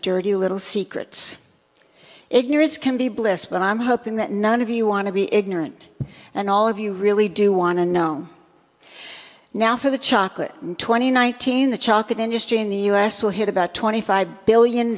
dirty little secrets ignorance can be bliss but i'm hoping that none of you want to be ignorant and all of you really do want to know now for the chocolate twenty one thousand the chocolate industry in the u s will hit about twenty five billion